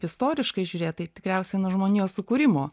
istoriškai žiūrėt tai tikriausiai nuo žmonijos sukūrimo